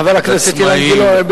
חבר הכנסת אילן גילאון,